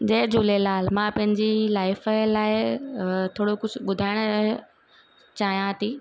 जय झूलेलाल मां पंहिंजी लाइफ लाइ थोरो कुझु ॿुधायणु चाहियां थी